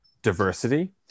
diversity